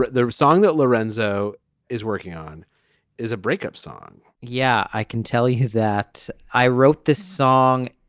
the song that lorenzo is working on is a breakup song yeah. i can tell you that i wrote this song